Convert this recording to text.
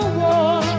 war